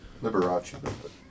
Liberace